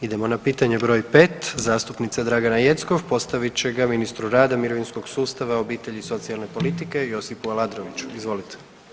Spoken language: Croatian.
Idemo na pitanje broj 5, zastupnica / zastupnik Dragana Jeckov postavit će ga ministru rada, mirovinskog sustava, obitelji i socijalne politike Josipu Alandroviću, izvolite.